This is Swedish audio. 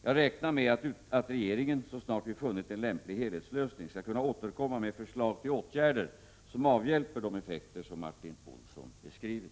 Jag räknar med att regeringen, så snart vi funnit en lämplig helhetslösning, skall kunna återkomma med förslag till åtgärder som avhjälper de effekterna som Martin Olsson beskrivit.